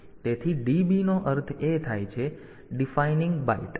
તેથી DB નો અર્થ થાય છે વ્યાખ્યાયિત બાઈટ